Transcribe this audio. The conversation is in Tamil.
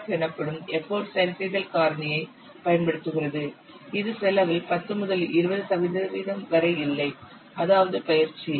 எஃப் எனப்படும் எப்போட் சரிசெய்தல் காரணியைப் பயன்படுத்துகிறது இது செலவில் 10 முதல் 20 சதவிகிதம் வரை இல்லை அதாவது பயிற்சி